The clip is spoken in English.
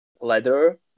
leather